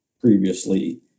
previously